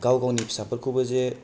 गाव गावनि फिसाफोखौबो जे